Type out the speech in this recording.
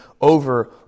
over